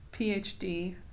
phd